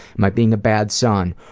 am i being a bad son?